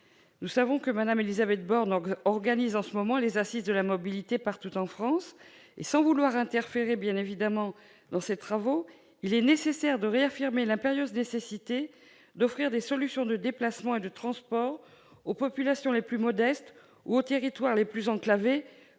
Nous savons que Mme Élisabeth Borne organise en ce moment les Assises de la mobilité partout en France. Sans vouloir interférer dans ses travaux, il est nécessaire de réaffirmer l'impérieuse nécessité d'offrir des solutions de déplacement et de transport aux populations les plus modestes ou aux territoires les plus enclavés,